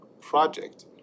project